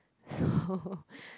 so